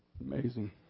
amazing